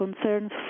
concerns